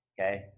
Okay